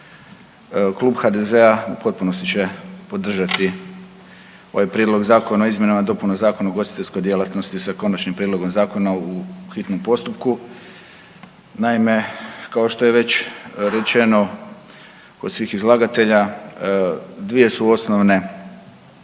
Klub HDZ-a u potpunosti će podržati ovaj Prijedlog Zakona o izmjenama i dopunama Zakona o ugostiteljskoj djelatnosti sa konačnim prijedlogom zakona u hitnom postupku. Naime, kao što je već rečeno od svih izlagatelja, dvije su osnovne